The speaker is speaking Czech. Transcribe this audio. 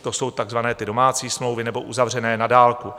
To jsou takzvané ty domácí smlouvy nebo uzavřené na dálku.